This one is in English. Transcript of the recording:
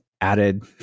added